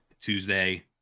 Tuesday